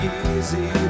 easy